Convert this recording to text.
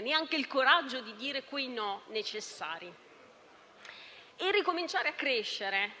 neanche il coraggio per dire no quando era necessario. Ricominciare a crescere